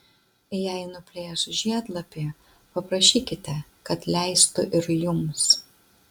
jei nuplėš žiedlapį paprašykite kad leistų ir jums